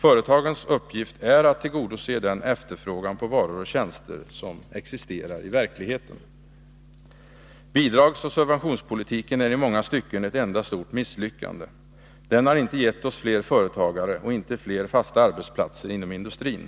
Företagens uppgift är att tillgodose den efterfrågan på varor och tjänster som existerar i verkligheten. Bidragsoch subventionspolitiken är i många stycken ett enda stort misslyckande. Den har inte gett oss fler företagare och inte fler fasta arbetsplatser inom industrin.